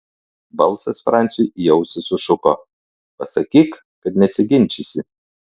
balsas franciui į ausį sušuko pasakyk kad nesiginčysi